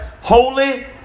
holy